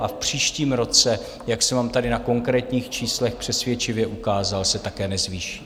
A v příštím roce, jak jsem vám tady na konkrétních číslech přesvědčivě ukázal, se také nezvýší.